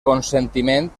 consentiment